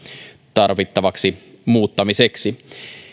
tarvittavaksi muuttamiseksi